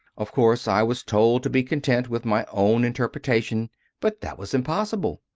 of course i was told to be content with my own interpretation but that was impossible.